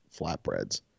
flatbreads